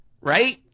Right